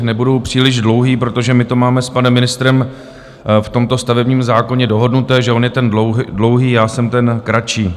Nebudu příliš dlouhý, protože my to máme s panem ministrem v tomto stavebním zákoně dohodnuté, že on je ten dlouhý, já jsem ten kratší.